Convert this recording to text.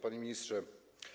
Panie Ministrze!